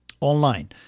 Online